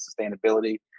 sustainability